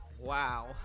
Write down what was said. Wow